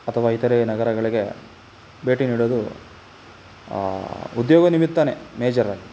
ಅಥವಾ ಇತರ ನಗರಗಳಿಗೆ ಭೇಟಿ ನೀಡೋದು ಉದ್ಯೋಗ ನಿಮಿತ್ತವೇ ಮೇಜರ್ರಾಗಿ